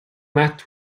mat